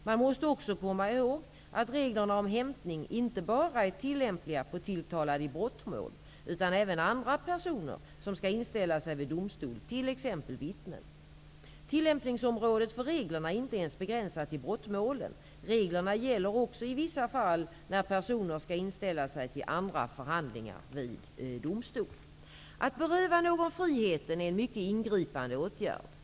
Man måste också komma ihåg att reglerna om hämtning inte bara är tillämpliga på tilltalade i brottmål, utan även på andra personer som skall inställa sig vid domstol, t.ex. vittnen. Tillämpningsområdet för reglerna är inte ens begränsat till brottmålen. Reglerna gäller också i vissa fall när personer skall inställa sig till andra förhandlingar vid domstol. Att beröva någon friheten är en mycket ingripande åtgärd.